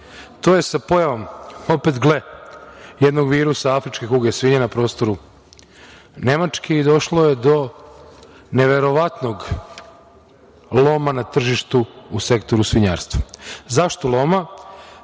to je sa pojavom opet gle, jednog virusa, afrička kuga svinja na prostoru Nemačke i došlo je do neverovatnog loma na tržištu u sektoru svinjarstva.Zašto loma?